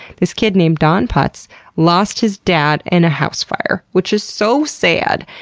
this kid named don putz lost his dad in a house fire, which is so sad,